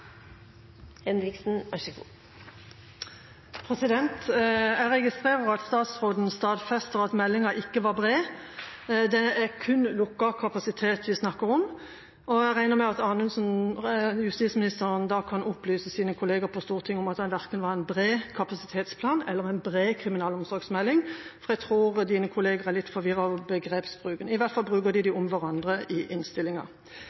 kun lukket kapasitet vi snakker om, og jeg regner med at justisministeren da kan opplyse sine kolleger på Stortinget om at det verken var en bred kapasitetsplan eller en bred kriminalomsorgsmelding, for jeg tror dine kollegaer er litt forvirret over begrepsbruken. I hvert fall bruker de det om hverandre i innstillinga.